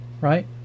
right